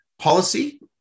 policy